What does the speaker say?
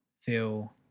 feel